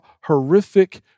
horrific